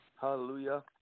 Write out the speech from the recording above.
Hallelujah